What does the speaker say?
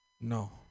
no